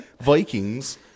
Vikings